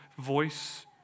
voice